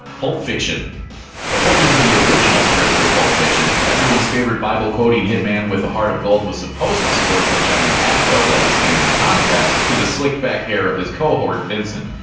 pulp fiction according to the original script for pulp fiction, everyone's favorite bible-quoting hitman with a heart of gold was supposed to sport a giant afro that would stand in contrast to the slicked-back hair of his cohort vincent.